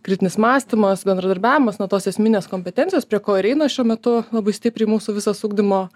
kritinis mąstymas bendradarbiavimas na tos esminės kompetencijos prie ko ir eina šiuo metu labai stipriai mūsų visas ugdymo